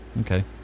okay